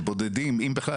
בודדים, אם בכלל.